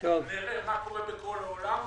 נראה מה קורה בכל העולם.